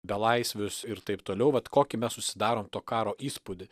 belaisvius ir taip toliau vat kokį mes susidarom to karo įspūdį